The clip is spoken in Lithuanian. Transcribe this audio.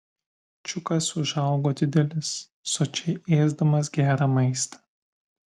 čiukas užaugo didelis sočiai ėsdamas gerą maistą